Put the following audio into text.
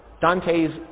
Dante's